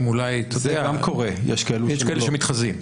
זה גם קורה, יש כאלה ש --- יש כאלה שמתחזים.